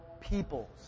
peoples